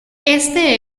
este